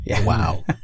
Wow